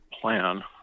plan